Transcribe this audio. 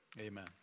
Amen